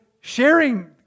sharing